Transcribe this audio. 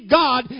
god